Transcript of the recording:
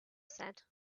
said